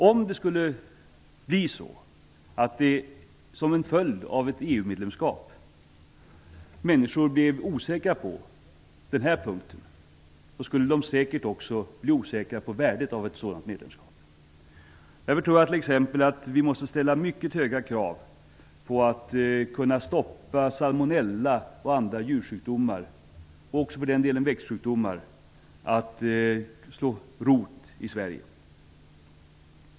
Om människor som en följd av ett EU-medlemskap skulle bli osäkra på den här punkten, skulle de säkert också bli osäkra på värdet av ett sådant medlemskap. Därför tror jag t.ex. att vi måste ställa mycket höga krav på att salmonella och andra djursjukdomar, och för den delen också växtsjukdomar, skall kunna hindras från att slå rot i Sverige.